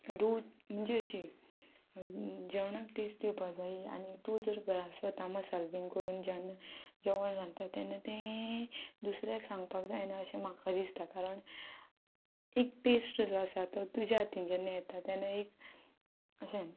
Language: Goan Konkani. रूच म्हणल्यार अशी जेवणाक टेस्ट दिवपा जाय आनी तूं जर घरा स्वता मसालो बी करून जेन्ना जेवण रांदता तेन्ना ते दुसऱ्याक सांगपाक जायना अशें म्हाका दिसता कारण एक टेस्ट जो आसा तो तुज्या हातीन जेन्ना येता तेन्ना एक अशें